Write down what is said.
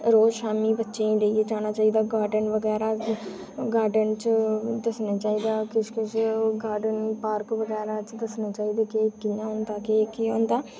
रोज़ शामीं जाना चाहिदा गॉर्डन बगैरा गॉर्डन दस्सना चाहिदा किश किश ओह् गॉर्डन बगैरा दस्सना चाहिदे की कियां होंदा ते केह् केह् होंदा